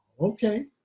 Okay